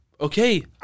Okay